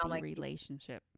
relationship